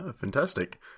Fantastic